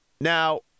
Now